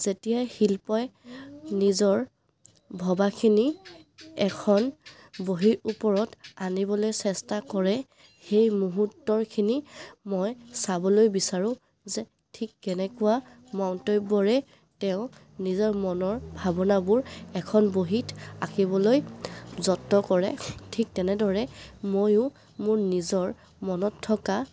যেতিয়াই শিল্পই নিজৰ ভবাখিনি এখন বহীৰ ওপৰত আনিবলৈ চেষ্টা কৰে সেই মুহূৰ্তখিনি মই চাবলৈ বিচাৰোঁ যে ঠিক কেনেকুৱা মন্তব্যৰে তেওঁ নিজৰ মনৰ ভাৱনাবোৰ এখন বহীত আঁকিবলৈ যত্ন কৰে ঠিক তেনেদৰে ময়ো মোৰ নিজৰ মনত থকা